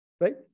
right